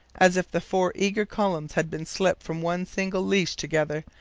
as if the four eager columns had been slipped from one single leash together,